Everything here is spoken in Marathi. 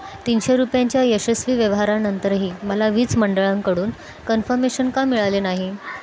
तीनशे रुपयांच्या यशस्वी व्यवहारानंतरही मला वीज मंडळांकडून कन्फर्मेशन का मिळाले नाही